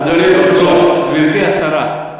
אדוני היושב-ראש, גברתי השרה,